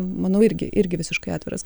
manau irgi irgi visiškai atviras